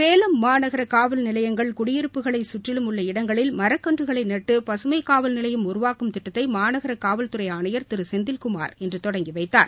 சேலம் மாநகர காவல் நிலையங்கள் குடியிருப்புகளை சுற்றிலும் உள்ள இடங்களில் மரக்கன்றுகளை நாட்டு பசுமை காவல் நிலையம் உருவாக்கும் திட்டத்தை மாநன காவல்துறை ஆணையர் திரு செந்தில்குமா் இன்று தொடங்கி வைத்தார்